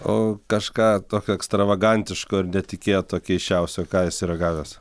o kažką tokio ekstravagantiško ir netikėto keisčiausio ką esi ragavęs